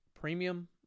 premium